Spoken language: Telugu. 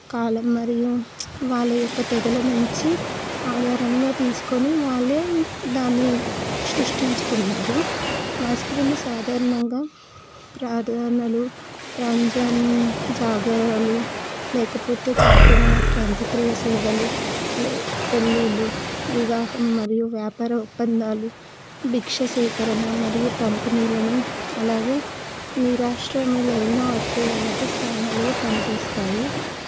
కాలం మరియు వాళ్ళ యొక్క తెగుల నుంచి ఆధారంగా తీసుకొని వాళ్ళే దాని సృష్టించుకున్నారు మసీదులు సాధారణంగా ప్రార్ధనలు రంజాన్ జాగారాలు లేకపోతే చనిపోయిన వారికి అంతక్రియ సేవలు పెళ్లిళ్లు వివాహం మరియు వ్యాపార ఒప్పందాలు భిక్ష సేకరణ మరియు పంపిణీలను అలాగే మీ రాష్ట్రాల ఎన్నో ఆశ్రయాలకు స్థానాలు పనిచేస్తాయి